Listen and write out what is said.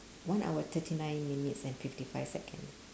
one hour thirty nine minutes and fifty five seconds